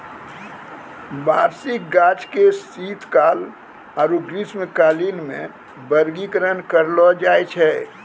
वार्षिक गाछ के शीतकाल आरु ग्रीष्मकालीन मे वर्गीकरण करलो जाय छै